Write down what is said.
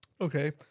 okay